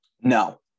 No